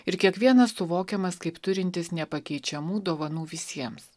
ir kiekvienas suvokiamas kaip turintis nepakeičiamų dovanų visiems